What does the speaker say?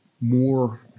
more